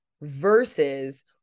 versus